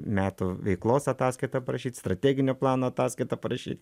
metų veiklos ataskaitą parašyt strateginio plano ataskaitą parašy